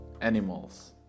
animals